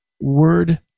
Word